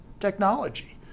technology